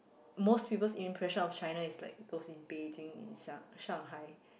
most people's impression of China is like those in Beijing or in sang~ Shanghai